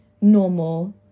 normal